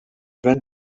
ven